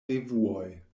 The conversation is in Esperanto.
revuoj